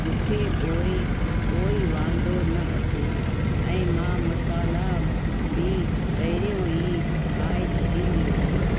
मूंखे पोइ कोई वांदो न अचे ऐं मां मसाल्हा बि पहिरियों ई ठाहे छ्ॾींदी आहियां